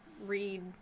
read